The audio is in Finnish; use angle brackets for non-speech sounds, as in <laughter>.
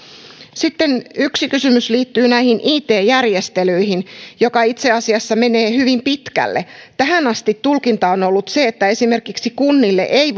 sitten yksi kysymys liittyy näihin it järjestelyihin jotka itse asiassa menevät hyvin pitkälle tähän asti tulkinta on ollut se että esimerkiksi kunnille ei <unintelligible>